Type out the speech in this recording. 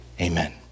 Amen